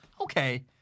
okay